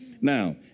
Now